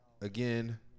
again